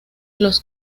los